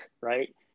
right